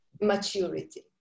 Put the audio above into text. maturity